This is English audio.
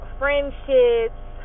friendships